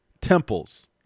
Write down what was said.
temples